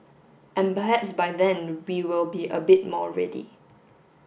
and perhaps by then we will be a bit more ready